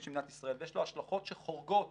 של מדינת ישראל ויש לה השלכות שחורגות